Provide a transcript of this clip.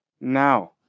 now